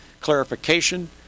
clarification